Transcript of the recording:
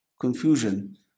confusion